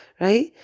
right